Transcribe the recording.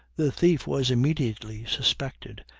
the thief was immediately suspected,